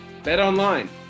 BetOnline